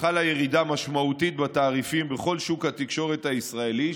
חלה ירידה משמעותית בתעריפים בכל שוק התקשורת הישראלי,